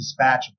dispatchable